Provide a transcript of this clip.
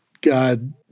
God